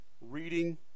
reading